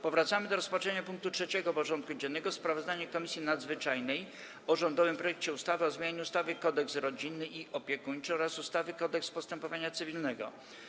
Powracamy do rozpatrzenia punktu 3. porządku dziennego: Sprawozdanie Komisji Nadzwyczajnej o rządowym projekcie ustawy o zmianie ustawy Kodeks rodzinny i opiekuńczy oraz ustawy Kodeks postępowania cywilnego.